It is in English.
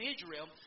Israel